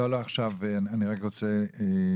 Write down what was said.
תודה.